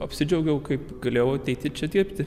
apsidžiaugiau kaip galėjau ateiti čia dirbti